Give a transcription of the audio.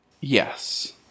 Yes